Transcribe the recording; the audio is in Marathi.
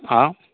हां